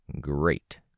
Great